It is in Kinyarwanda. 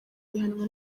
bihanwa